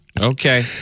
Okay